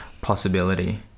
possibility